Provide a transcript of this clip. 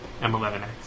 M11x